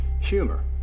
Humor